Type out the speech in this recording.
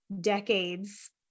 decades